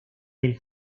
del